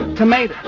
tomato,